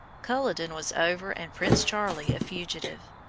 culloden was over and prince charlie a fugitive.